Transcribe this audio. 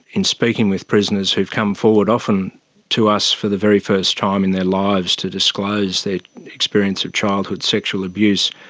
in speaking with prisoners who have come forward, often to us for the very first time in their lives to disclose their experience of childhood sexual abuse,